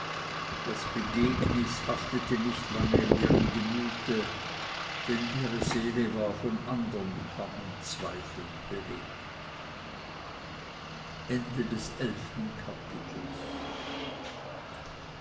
das begegnis haftete nicht lange in ihrem gemüte denn ihre seele war von andern bangen zweifeln bewegt